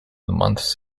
months